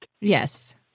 Yes